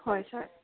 হয় ছাৰ